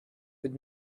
but